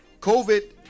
COVID